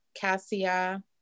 cassia